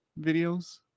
videos